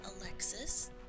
Alexis